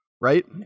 right